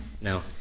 No